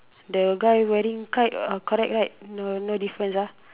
the guy wearing kite uh correct right no no difference ah